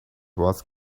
was